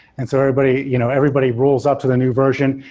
and so everybody you know everybody rolls up to the new version,